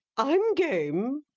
i'm game.